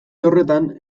horretan